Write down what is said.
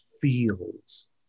feels